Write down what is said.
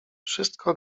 wszystko